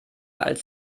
als